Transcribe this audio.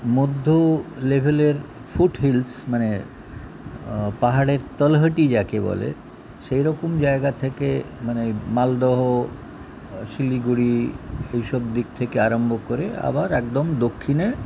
মধ্য লেভেলের ফুটহিলস মানে পাহাড়ের তলহাটি যাকে বলে সেই রকম জায়গা থেকে মানে মালদহ শিলিগুড়ি ওইসব দিক থেকে আরম্ভ করে আবার একদম দক্ষিণে